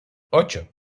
ocho